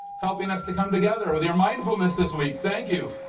helping us to come together with your mindfulness this week, thank you.